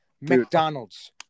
McDonald's